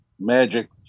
magic